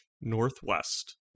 northwest